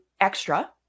extra